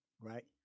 right